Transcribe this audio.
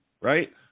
right